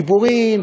דיבורים,